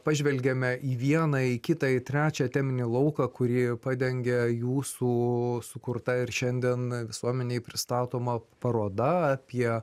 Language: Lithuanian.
pažvelgėme į vieną į kitą į trečią teminį lauką kurį padengia jūsų sukurta ir šiandien visuomenei pristatoma paroda apie